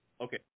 Okay